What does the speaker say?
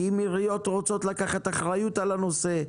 כי אם עיריות רוצות לקחת אחריות על הנושא,